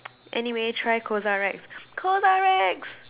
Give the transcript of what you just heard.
anyway try CosRX CosRX